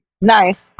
Nice